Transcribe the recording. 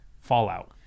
Fallout